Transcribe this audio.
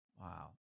Wow